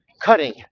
cutting